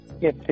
Yes